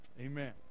Amen